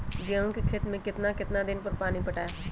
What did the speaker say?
गेंहू के खेत मे कितना कितना दिन पर पानी पटाये?